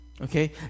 Okay